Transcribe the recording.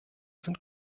sind